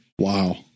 Wow